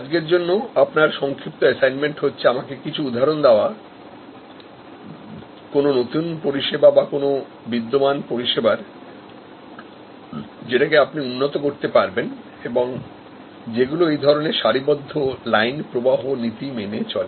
আজকের জন্য আপনার সংক্ষিপ্ত এসাইনমেন্ট হচ্ছে আমাকে কিছু উদাহরণ দেওয়া কোন নতুন পরিষেবা বা কোন বিদ্যমান পরিষেবার যেটাকে আপনি উন্নত করতে পারবেন এবং যেগুলো এই ধরনের সারিবদ্ধ লাইন প্রবাহ নীতি মেনে চলে